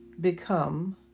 become